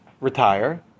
retire